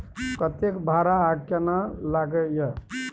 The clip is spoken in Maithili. कतेक भाड़ा आ केना लागय ये?